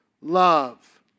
love